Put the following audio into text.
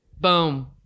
boom